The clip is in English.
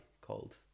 called